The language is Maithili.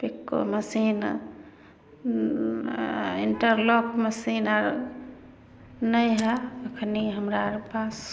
पिक्को मशीन इन्टरलॉक मशीन और नै हए अखनी हमरा अर पास